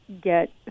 get